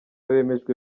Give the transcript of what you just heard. bemejwe